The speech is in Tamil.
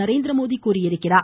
நரேந்திரமோடி தெரிவித்துள்ளார்